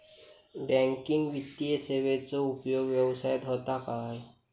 Banking वित्तीय सेवाचो उपयोग व्यवसायात होता काय?